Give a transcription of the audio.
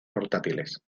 portátiles